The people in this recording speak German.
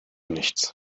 nichts